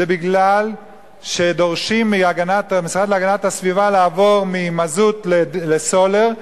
זה משום שדורשים מהמשרד להגנת הסביבה לעבור ממזוט לסולר,